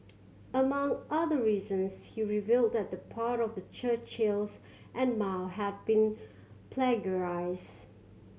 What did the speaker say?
among other reasons he revealed that the part of Churchill and Mao had been plagiarised